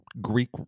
Greek